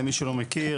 למי שלא מכיר,